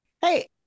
Hey